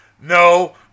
no